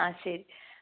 ആ ശരി